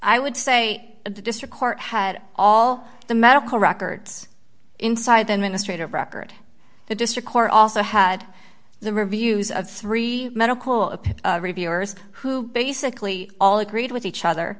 i would say a district court had all the medical records inside the administrators record the district court also had the reviews of three medical update reviewers who basically all agreed with each other